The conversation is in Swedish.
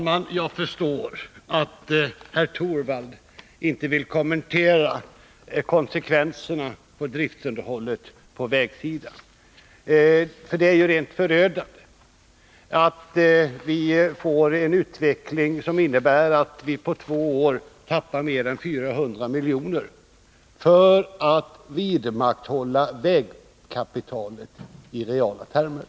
Herr talman! Jag förstår att herr Torwald inte vill kommentera konsekvenserna när det gäller driftunderhållet på vägsidan, för det är ju rent förödande att vi får en utveckling som innebär att vi på två år tappar mer än 400 miljoner för att bibehålla vägkapitalet i reala termer.